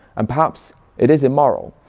and perhaps it is immoral.